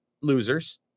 losers